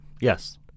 Yes